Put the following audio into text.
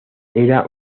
era